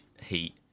heat